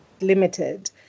limited